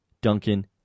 Duncan